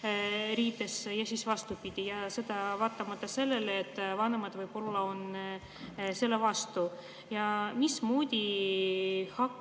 moodi ja vastupidi. Ja seda vaatamata sellele, et vanemad võib-olla on selle vastu. Mismoodi hakkab